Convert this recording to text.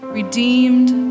redeemed